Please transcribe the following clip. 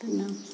പിന്നെ